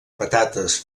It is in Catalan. patates